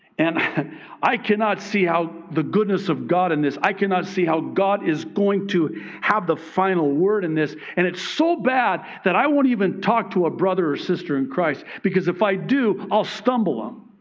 and i cannot see how the goodness of god in and this. i cannot see how god is going to have the final word in this. and it's so bad that i won't even talk to a brother or sister in christ, because if i do, i'll stumble them,